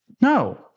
No